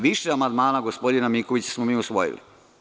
Više amandmana gospodina Mikovića smo usvojili.